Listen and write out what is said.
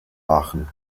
aachen